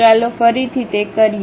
ચાલો ફરીથી તે કરીએ